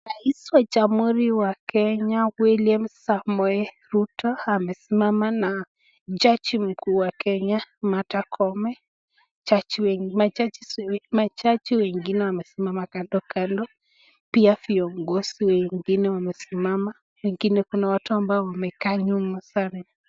Rais wa jamhuri ya Kenya William Samoei Ruto amesimama na jaji mkuu wa Kenya Martha Koome. Majaji wengine wamesimama kando kando pia viongozi wengine wamesimama kando. Kuna watu ambao wamekaa nyuma sana.